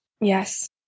Yes